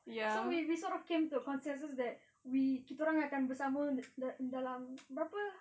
so we we sort of came to consensus that we kita orang akan bersama dalam berapa